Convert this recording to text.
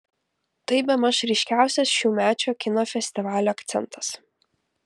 tai bemaž ryškiausias šiųmečio kino festivalio akcentas